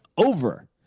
over